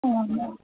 అవునా